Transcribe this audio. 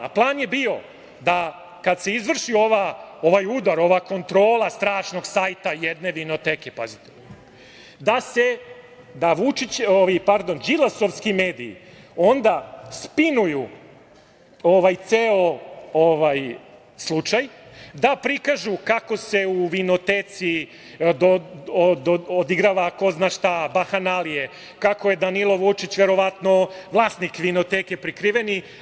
Plan je bio da kad se izvrši ovaj udar, ova kontrola strašnog sajta jedne vinoteke, pazite, da đilasovski mediji onda spinuju ceo slučaj, da prikažu kako se u vinoteci odigrava ko zna šta, bahanalije, kako je Danilo Vučić, verovatno, vlasnik vinoteke, prikriveni.